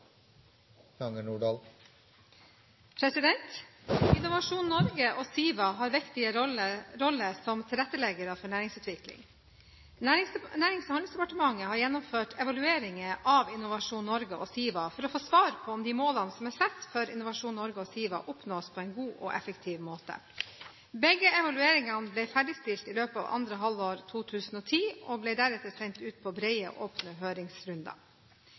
utmerkede innlegg. Innovasjon Norge og SIVA har viktige roller som tilretteleggere for næringsutvikling. Nærings- og handelsdepartementet har gjennomført evalueringer av Innovasjon Norge og SIVA for å få svar på om de målene som er satt for Innovasjon Norge og SIVA, oppnås på en god og effektiv måte. Begge evalueringene ble ferdigstilt i løpet av andre halvår 2010 og deretter sendt ut på brede, åpne høringsrunder.